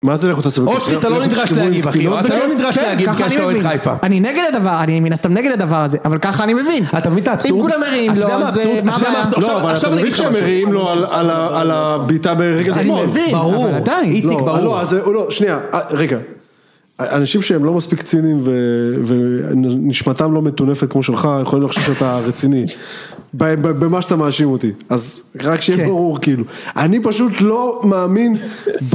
מה זה? אושרי אתה לא נדרש להגיב אחי, אתה לא נדרש להגיב כשאתה אוהד חיפה. אני נגד הדבר, אני מן הסתם נגד הדבר הזה, אבל ככה אני מבין. אתה מבין את האבסורד? אם כולם מריעים לו, אז מה הבעיה? לא, אבל אתה מבין שהם מריעים לו על הבעיטה ברגע שמאל. אני מבין, ברור. לא, לא, שנייה, רגע. אנשים שהם לא מספיק צינים ונשמתם לא מטונפת כמו שלך, יכול לחשוב שאתה רציני, במה שאתה מאשים אותי, אז רק שיהיה ברור כאילו. אני פשוט לא מאמין.